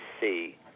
see